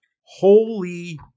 holy